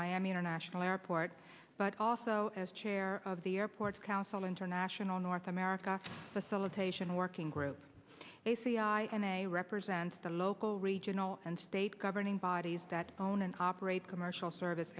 miami international airport but also as chair of the airports council international north america facilitation working group i n a represents the local regional and state governing bodies that own and operate commercial service